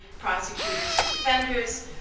prosecutors and defenders.